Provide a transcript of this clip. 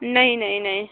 नहीं नहीं नहीं